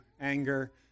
anger